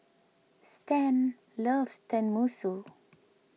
Stan loves Tenmusu